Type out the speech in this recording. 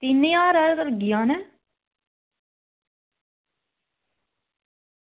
तीन ज्हार हारा लग्गी जाना ऐ